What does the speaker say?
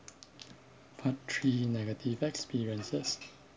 part three negative experiences